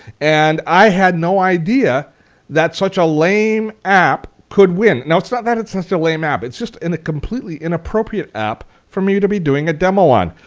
and i had no idea that such a lame app could win. no, it's not that it's such a lame app. it's just and a completely inappropriate app for me to be doing a demo on.